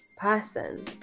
person